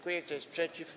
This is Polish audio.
Kto jest przeciw?